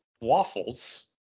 waffles